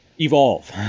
evolve